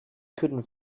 couldn’t